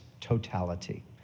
totality